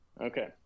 okay